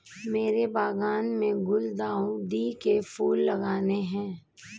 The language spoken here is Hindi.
मेरे बागान में गुलदाउदी के फूल लगाने हैं